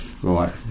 Right